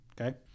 okay